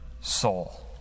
soul